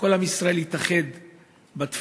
וכל עם ישראל התאחד בתפילות,